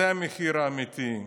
זה המחיר האמיתי.